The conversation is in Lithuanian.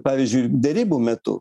pavyzdžiui derybų metu